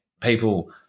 people